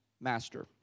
master